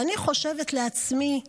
ואני חושבת לעצמי,